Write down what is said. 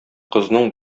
кызның